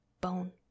bone